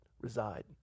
reside